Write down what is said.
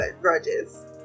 grudges